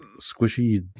squishy